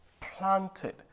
planted